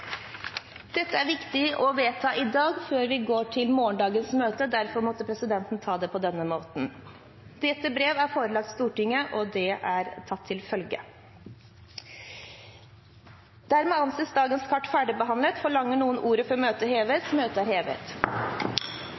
dette i dag før morgendagens møte. Derfor måtte presidenten ta det på denne måten. Dette brev er forelagt Stortinget og tatt til følge. Dermed er dagens kart ferdigbehandlet. Forlanger noen ordet før møtet heves? Møtet er hevet.